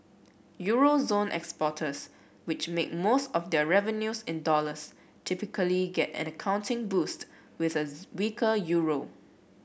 euro zone exporters which make most of their revenues in dollars typically get an accounting boost with as weaker euro